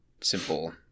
simple